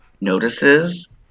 notices